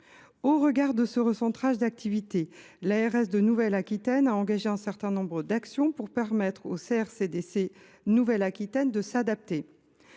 Au regard de ce recentrage d’activités, l’ARS de Nouvelle Aquitaine a engagé un certain nombre d’actions pour permettre au CRCDC de Nouvelle Aquitaine de s’adapter.